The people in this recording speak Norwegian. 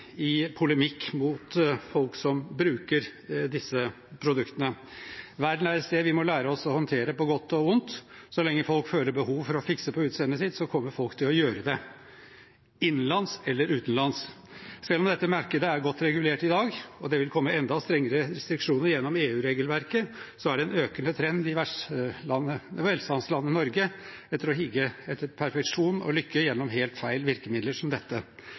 må lære oss å håndtere, på godt og vondt. Så lenge folk føler behov for å fikse på utseendet sitt, kommer folk til å gjøre det, innenlands eller utenlands. Selv om dette markedet er godt regulert i dag, og det vil komme enda strengere restriksjoner gjennom EU-regelverket, er det en økende trend i velstandslandet Norge å hige etter perfeksjon og lykke gjennom helt feil virkemidler som dette.